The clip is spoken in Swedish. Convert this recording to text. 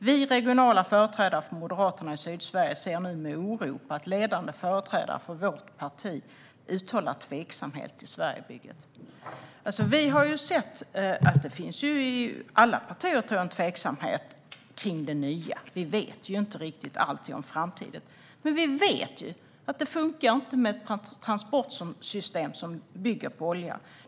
Vi, regionala företrädare för Moderaterna i Sydsverige, ser nu med oro på att ledande företrädare för vårt parti uttalar tveksamhet till Sverigebygget." Vi har sett en tveksamhet inför det nya i alla partier. Vi vet ju inte allting om hur framtiden kommer att bli. Men vi vet att det inte funkar med ett transportsystem som bygger på olja.